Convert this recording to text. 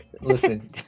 listen